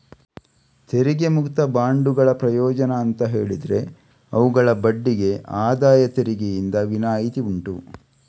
ತೆರಿಗೆ ಮುಕ್ತ ಬಾಂಡುಗಳ ಪ್ರಯೋಜನ ಅಂತ ಹೇಳಿದ್ರೆ ಅವುಗಳ ಬಡ್ಡಿಗೆ ಆದಾಯ ತೆರಿಗೆಯಿಂದ ವಿನಾಯಿತಿ ಉಂಟು